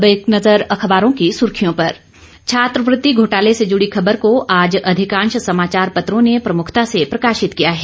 अब एक नजर अखबारों की सुर्खियों पर छात्रवृति घोटाले से जुड़ी खबर को आज अधिकांश समाचार पत्रों ने प्रमुखता से प्रकाशित किया है